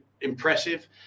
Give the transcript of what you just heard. impressive